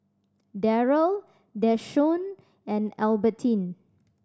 Darryll Deshaun and Albertine